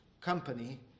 company